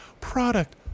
product